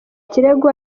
kirego